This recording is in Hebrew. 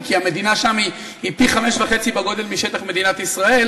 כי המדינה שם היא פי-5.5 בגודלה משטח מדינת ישראל,